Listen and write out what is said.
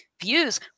views